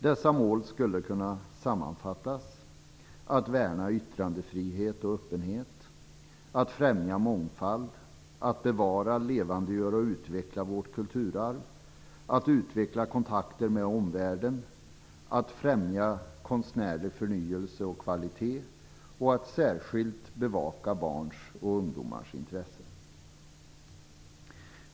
Dessa mål skulle kunna sammanfattas som: att värna yttrandefrihet och öppenhet, att främja mångfald, att bevara, levandegöra och utveckla vårt kulturarv, att utveckla kontakter med omvärlden, att främja konstnärlig förnyelse och kvalitet, och att särskilt bevaka barns och ungdomars intressen.